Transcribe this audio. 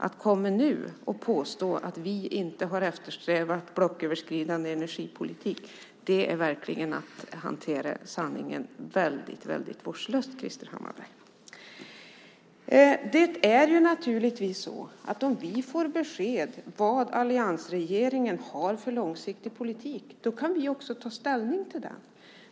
Att komma nu och påstå att vi inte har eftersträvat blocköverskridande energipolitik är verkligen att hantera sanningen väldigt vårdslöst, Krister Hammarbergh. Om vi får besked om vad alliansregeringen har för långsiktig politik kan vi också ta ställning till den.